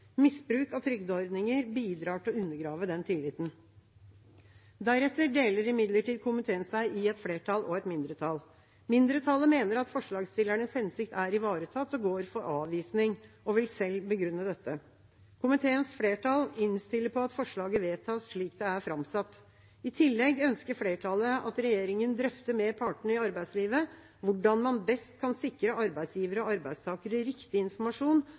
Misbruk av trygdeordninger bidrar til å undergrave den tilliten. Deretter deler imidlertid komiteen seg i et flertall og et mindretall. Mindretallet mener at forslagsstillernes hensikt er ivaretatt, og går for avvisning og vil selv begrunne dette. Komiteens flertall innstiller på at forslaget vedtas slik det er framsatt. I tillegg ønsker flertallet at regjeringen drøfter med partene i arbeidslivet hvordan man best kan sikre arbeidsgivere og arbeidstakere riktig informasjon